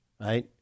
right